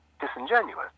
disingenuous